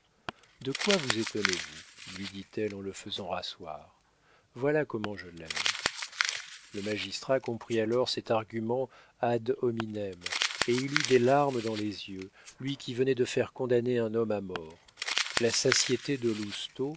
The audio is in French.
de quoi vous étonnez-vous lui dit-elle en le faisant rasseoir voilà comment je l'aime le magistrat comprit alors cet argument ad hominem et il eut des larmes dans les yeux lui qui venait de faire condamner un homme à mort la satiété de